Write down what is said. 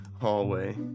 hallway